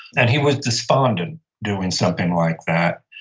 and he was despondent doing something like that.